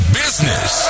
business